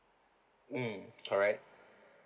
mm correct